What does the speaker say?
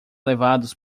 levados